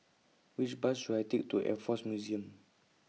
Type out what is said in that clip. Which Bus should I Take to Air Force Museum